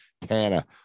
Tana